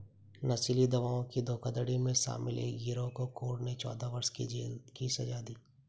नशीली दवाओं की धोखाधड़ी में शामिल एक गिरोह को कोर्ट ने चौदह वर्ष की जेल की सज़ा दी